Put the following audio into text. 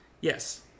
Yes